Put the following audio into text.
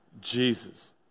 Jesus